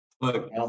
Look